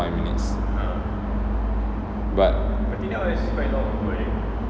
five minutes but